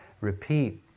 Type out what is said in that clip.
repeat